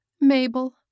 Mabel